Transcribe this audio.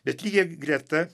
bet lygia greta